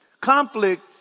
Conflict